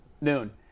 Noon